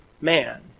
man